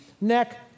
neck